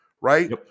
right